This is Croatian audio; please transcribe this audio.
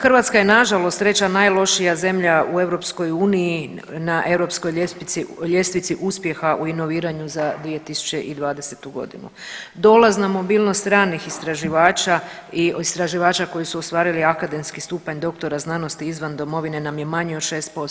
Hrvatska je nažalost treća najlošija zemlja u EU na Europskoj ljestvici uspjeha u inoviranju za 2020. g. Dolazna mobilnost stranih istraživača i istraživača koji su ostvarili akademski stupanj doktora znanosti izvan domovine nam je manje od 6%